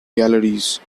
galleries